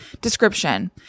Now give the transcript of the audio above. Description